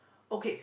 okay